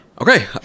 okay